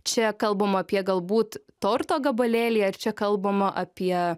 čia kalbam apie galbūt torto gabalėlį ar čia kalbama apie